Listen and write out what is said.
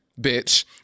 bitch